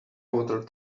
water